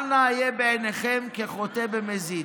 אל נא אהיה בעיניכם כחוטא במזיד.